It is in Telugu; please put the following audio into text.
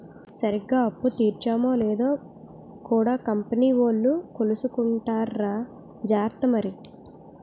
సరిగ్గా అప్పు తీర్చేమో లేదో కూడా కంపెనీ వోలు కొలుసుకుంటార్రా జార్త మరి